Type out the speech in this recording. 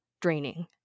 draining